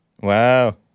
Wow